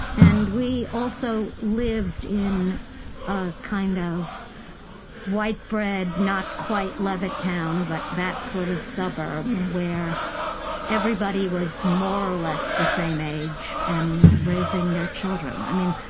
and we also lived in a kind of white-bread, not quite levittown, but that sort of suburb where everybody was more or less the same age and raising their children. i mean,